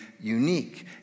unique